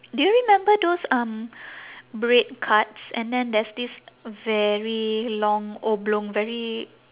do you remember those um bread carts and then there's this very long oblong very